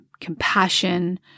compassion